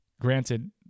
Granted